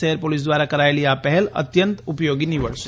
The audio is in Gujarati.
શહેર પોલીસ દ્રારા કરાયેલી આ પહેલ અત્યંત ઉપયોગી નીવડશે